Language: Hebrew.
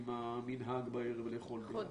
עם המנהג בערב לאכול ביחד,